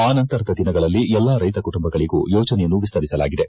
ಆ ನಂತರದ ದಿನಗಳಲ್ಲಿ ಎಲ್ಲಾ ರೈತ ಕುಟುಂಬಗಳಿಗೂ ಯೋಜನೆಯನ್ನು ವಿಸ್ತಂಸಲಾಗಿದೆ